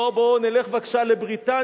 או, בואו נלך בבקשה לבריטניה: